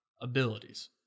abilities